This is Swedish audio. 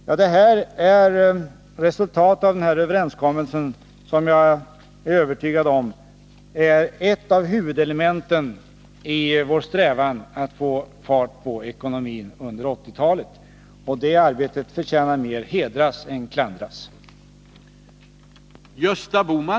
Jag har här redogjort för resultatet av skatteöverenskommelsen som — det är jag övertygad om — är ett av huvudelementen i vår strävan att få fart på ekonomin under 1980-talet. Det arbetet förtjänar mer att hedras än att klandras.